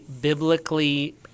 biblically